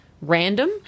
random